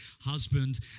husband